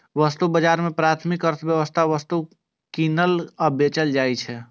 वस्तु बाजार मे प्राथमिक अर्थव्यवस्थाक वस्तु कीनल आ बेचल जाइ छै